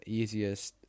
easiest